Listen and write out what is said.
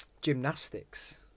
gymnastics